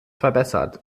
verbessert